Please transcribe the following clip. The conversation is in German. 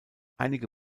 einige